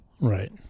Right